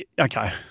Okay